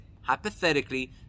hypothetically